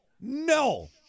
no